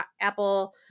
Apple